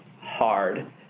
hard